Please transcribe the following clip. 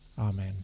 Amen